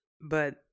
but-